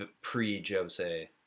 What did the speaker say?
pre-Jose